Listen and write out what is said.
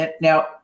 Now